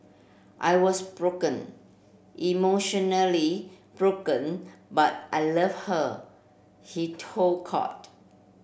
I was broken emotionally broken but I loved her he told court